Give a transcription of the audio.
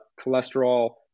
cholesterol